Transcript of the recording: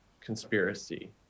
conspiracy